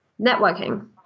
Networking